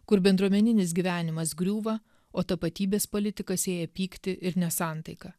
kur bendruomeninis gyvenimas griūva o tapatybės politika sėja pyktį ir nesantaiką